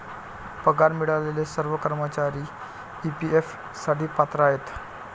पगार मिळालेले सर्व कर्मचारी ई.पी.एफ साठी पात्र आहेत